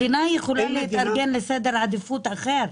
המדינה יכולה להתארגן לסדר עדיפות אחר.